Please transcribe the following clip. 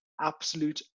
absolute